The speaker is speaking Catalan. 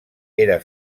era